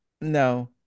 No